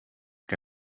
que